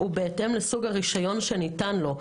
הוא בהתאם לסוג הרישיון שניתן לו.